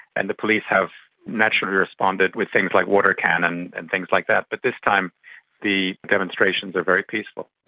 and the police have naturally responded with things like water cannon and things like that. but this time the demonstrations are very peaceful.